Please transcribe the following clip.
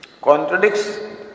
contradicts